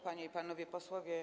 Panie i Panowie Posłowie!